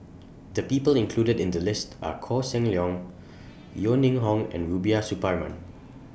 The People included in The list Are Koh Seng Leong Yeo Ning Hong and Rubiah Suparman